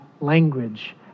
language